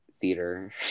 theater